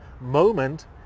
moment